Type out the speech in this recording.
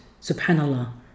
subhanAllah